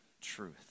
truth